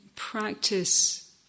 Practice